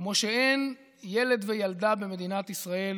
כמו שאין ילד וילדה במדינת ישראל